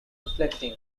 reflecting